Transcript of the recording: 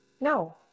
no